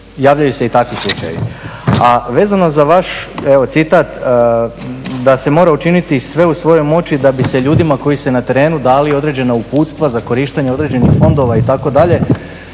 javljaju se i takvi slučajevi. A vezano za vaš evo citat da se mora učiniti sve u svojoj moći da bi se ljudima koji su na terenu dali određena uputstva za korištenje određenih fondova itd.,